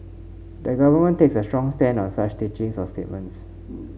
the government takes a strong stand on such teachings or statements